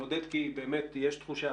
מעודד כי באמת יש תחושה